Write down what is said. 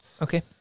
Okay